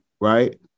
right